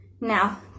Now